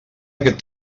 aquest